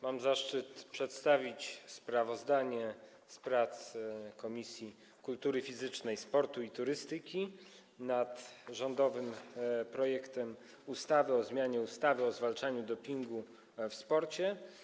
Mam zaszczyt przedstawić sprawozdanie z prac Komisji Kultury Fizycznej, Sportu i Turystyki nad rządowym projektem ustawy o zmianie ustawy o zwalczaniu dopingu w sporcie.